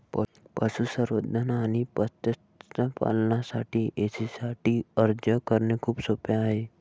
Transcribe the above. पशुसंवर्धन आणि मत्स्य पालनासाठी के.सी.सी साठी अर्ज करणे खूप सोपे आहे